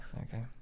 Okay